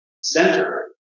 center